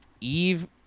Eve